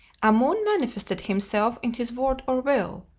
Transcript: amun manifested himself in his word or will,